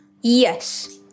Yes